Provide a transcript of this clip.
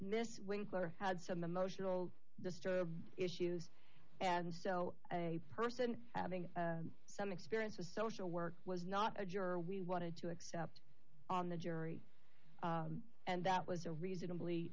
miss winkler had some emotional disturbance issues and so a person having some experience with social work was not a juror we wanted to accept on the jury and that was a reasonably